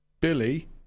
Billy